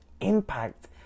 impact